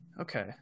okay